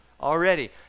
already